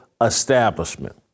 establishment